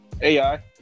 AI